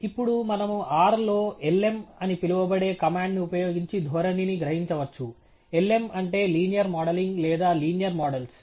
ఇప్పుడు మనము R లో lm అని పిలువబడే కమాండ్ ని ఉపయోగించి ధోరణిని గ్రహించవచ్చు lm అంటే లీనియర్ మోడలింగ్ లేదా లీనియర్ మోడల్స్